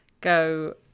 go